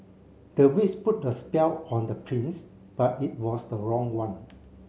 the witch put a spell on the prince but it was the wrong one